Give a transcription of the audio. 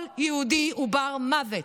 כל יהודי הוא בר-מוות,